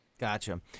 Gotcha